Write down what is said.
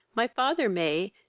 my father may,